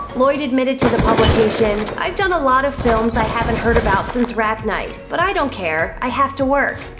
lloyd admitted to the publication, i've done a lot of films i haven't heard about since wrap night. but i don't care. i have to work.